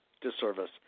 disservice